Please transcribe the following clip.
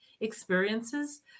experiences